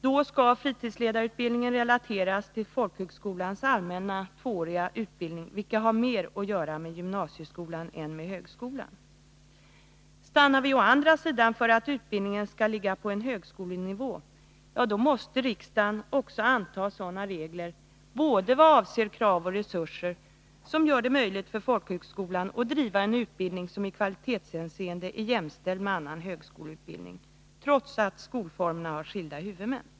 Då skall fritidsledarlinjen relateras till folkhögskolans allmänna tvååriga utbildning, vilken har att göra mer med gymnasieskolan än med högskolan. Stannar vi å andra sidan för att utbildningen skall ligga på högskolenivå, då måste riksdagen också anta sådana regler, i vad avser både krav och resurser, som gör det möjligt för folkhögskolan att driva en utbildning som i kvalitetshänseende är jämställd med annan högskoleutbildning, trots att skolformerna har skilda huvudmän.